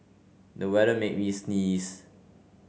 the weather made me sneeze